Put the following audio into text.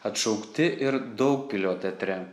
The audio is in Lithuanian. atšaukti ir daugpilio teatre